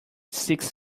six